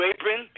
Apron